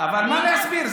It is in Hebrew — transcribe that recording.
אבל מה להסביר?